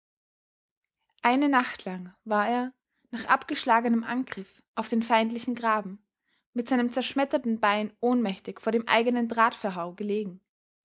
eine nacht lang war er nach abgeschlagenem angriff auf den feindlichen graben mit seinem zerschmetterten bein ohnmächtig vor dem eigenen drahtverhau gelegen